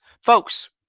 Folks